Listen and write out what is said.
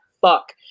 fuck